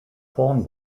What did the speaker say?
vorn